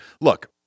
Look